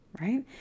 Right